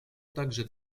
также